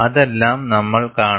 അതെല്ലാം നമ്മൾ കാണും